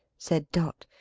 said dot.